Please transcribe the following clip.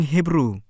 Hebrew